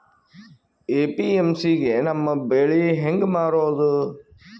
APMC ಗೆ ನಮ್ಮ ಬೆಳಿ ಹೆಂಗ ಮಾರೊದ?